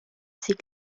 ses